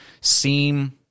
seem